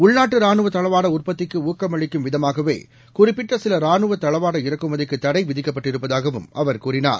உள்நாட்டு ராணுவ தளவாட உற்பத்திக்கு ஊக்கமளிக்கும் விதமாகவே குறிப்பிட்ட சில ராணுவத் தளவாட இறக்குமதிக்கு தடை விதிக்கப்பட்டிருப்பதாகவும் அவர் கூறினார்